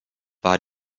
war